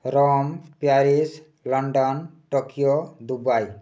Rome Paris London Tokyo Dubai